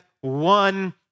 one